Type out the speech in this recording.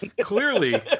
clearly